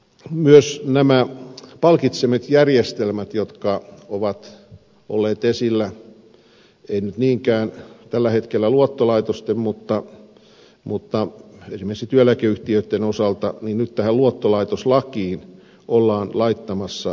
myös näitä palkitsemisjärjestelmiä jotka ovat olleet esillä eivät nyt niinkään tällä hetkellä luottolaitosten mutta esimerkiksi työeläkeyhtiöitten osalta koskevia säännöksiä tähän luottolaitoslakiin ollaan nyt laittamassa